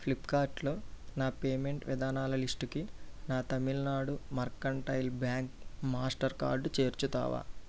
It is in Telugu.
ఫ్లిప్కార్ట్లో నా పేమెంట్ విధానాల లిస్టుకి నా Tamil Nadu mercantile bank Mastercard చేర్చుతావా